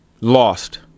Lost